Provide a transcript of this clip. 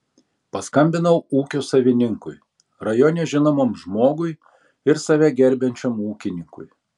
paskambinau ūkio savininkui rajone žinomam žmogui ir save gerbiančiam ūkininkui